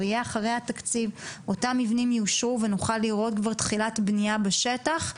יהיה אחרי התקציב אותם מבנים יאושרו ונוכל לראות כבר תחילת בנייה בשטח,